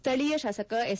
ಸ್ಥಳೀಯ ಶಾಸಕ ಎಸ್